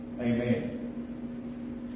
Amen